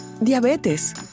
Diabetes